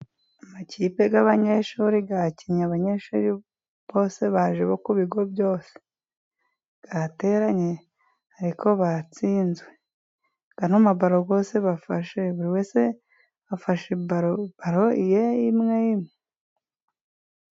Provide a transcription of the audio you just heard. Amakipe y'abanyeshuri yakinye, abanyeshuri bose baje bo ku bigo byose, bateranye ariko batsinzwe. Ano mabaro yose bafashe, buri wese afashe baro ye imwe imwe.